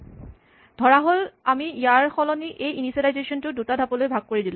Refer Slide Time 1537 ধৰাহ'ল আমি ইয়াৰ সলনি এই ইনিচিয়েলাইজেচন টো দুটা ধাপলৈ ভাগ কৰি দিলোঁ